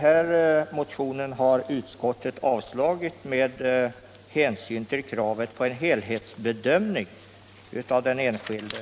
Utskottet har avstyrkt motionen med hänsynen till kravet på en helhetsbedömning av den enskilde.